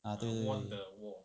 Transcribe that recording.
ah 对对对